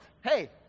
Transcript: Hey